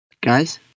Guys